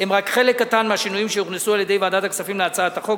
הם רק חלק קטן מהשינויים שהוכנסו על-ידי ועדת הכספים בהצעת החוק.